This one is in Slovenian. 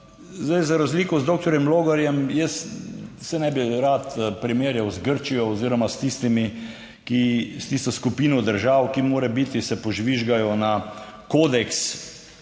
Zdaj, za razliko z doktorjem Logarjem, jaz se ne bi rad primerjal z Grčijo oziroma s tistimi, ki s tisto skupino držav, ki morebiti se požvižgajo na kodeks